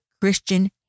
Christian